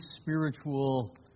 spiritual